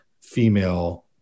female